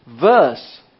verse